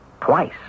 twice